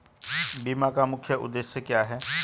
बीमा का मुख्य उद्देश्य क्या है?